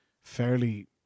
fairly